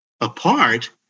apart